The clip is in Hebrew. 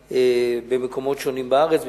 במקומות שונים בארץ,